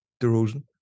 DeRozan